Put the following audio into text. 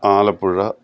Alappuzha